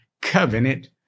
covenant